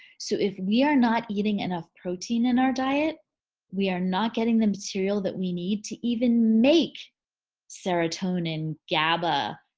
so if we are not eating enough protein in our diet we are not getting the material that we need to even make serotonin gaba,